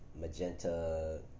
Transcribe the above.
magenta